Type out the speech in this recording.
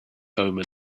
omen